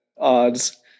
odds